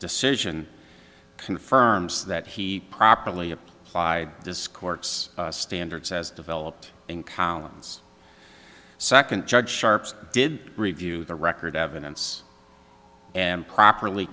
decision confirms that he properly applied this court's standards as developed in collins second judge sharp's did review the record evidence and properly